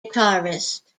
guitarist